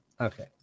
okay